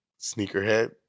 sneakerhead